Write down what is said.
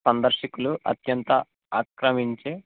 సందర్శకులు అత్యంత ఆక్రమించే